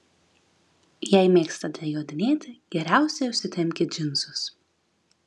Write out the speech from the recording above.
jei mėgstate jodinėti geriausia užsitempkit džinsus